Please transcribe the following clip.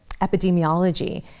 epidemiology